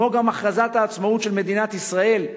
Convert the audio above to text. כמו גם הכרזת העצמאות של מדינת ישראל,